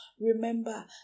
Remember